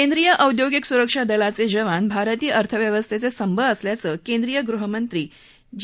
केंद्रीय औद्योगिक सुरक्षा दलाचे जवान भारतीय अर्थव्येवस्थेचं स्तंभ असल्याचं केंद्रीय गृहराज्य मंत्री जी